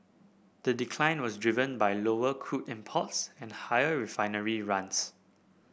the decline was driven by lower crude imports and higher refinery runs